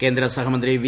കേന്ദ്ര സഹമന്ത്രി വി